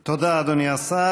תודה, אדוני השר.